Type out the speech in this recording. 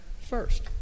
first